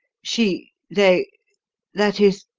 she they that is,